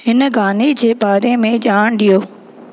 हिन गाने जे बारे में ॼाण ॾियो